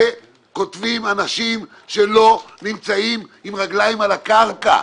כותבים את זה אנשים שלא נמצאים עם רגלים על הקרקע,